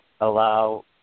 allow